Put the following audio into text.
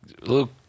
Look